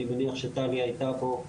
אני מניח שטלי היתה בו,